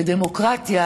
ודמוקרטיה